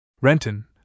Renton